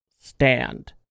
stand